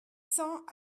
cents